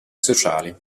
sociali